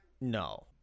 no